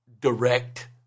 direct